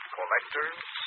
Collectors